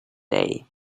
day